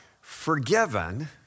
forgiven